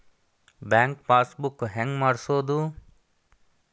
Bank passbook ಹೆಂಗ್ ಮಾಡ್ಸೋದು?